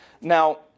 Now